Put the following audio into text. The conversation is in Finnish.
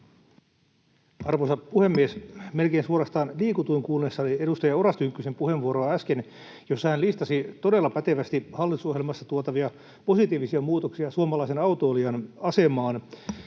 Arvoisa puhemies! Melkein suorastaan liikutuin kuunnellessani edustaja Oras Tynkkysen puheenvuoroa äsken, jossa hän listasi todella pätevästi hallitusohjelmassa tuotavia positiivisia muutoksia suomalaisen autoilijan asemaan